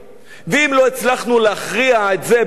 ואם לא הצלחנו להכריע את זה בבחירות,